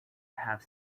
have